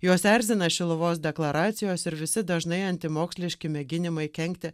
juos erzina šiluvos deklaracijos ir visi dažnai antimoksliški mėginimai kenkti